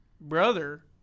brother